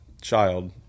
Child